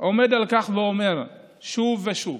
אני עומד על כך ואומר שוב ושוב: